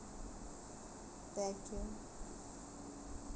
thank you